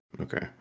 Okay